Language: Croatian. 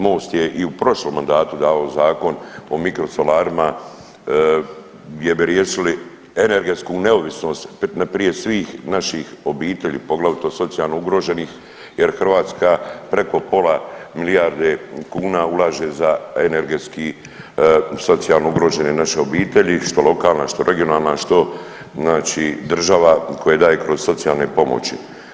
Most je i u prošlom mandatu davao Zakon o mikrosolarima gdje bi riješili energetsku neovisnost prije svih naših obitelji, poglavito socijalno ugroženih jer Hrvatska preko pola milijarde kuna ulaže za energetski socijalno ugrožene naše obitelji što lokalna, što regionalna, što država koja daje kroz socijalne pomoći.